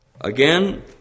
Again